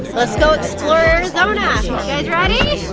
let's go explore arizona you guys ready?